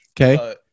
Okay